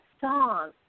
song